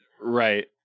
right